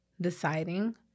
deciding